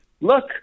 look